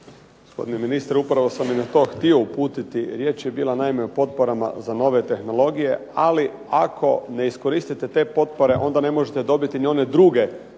Gospodine ministre upravo sam i na to htio uputiti. Riječ je bila naime o potporama za nove tehnologije, ali ako ne iskoristite te potpore onda ne možete dobiti ni one druge potpore